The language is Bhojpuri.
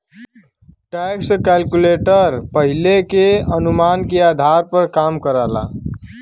टैक्स कैलकुलेटर पहिले के अनुमान के आधार पर काम करला